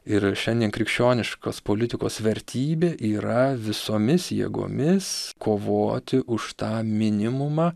ir šiandien krikščioniškos politikos vertybė yra visomis jėgomis kovoti už tą minimumą